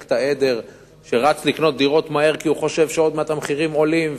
אפקט העדר שרץ מהר לקנות דירות כי הוא חושב שעוד מעט המחירים עולים.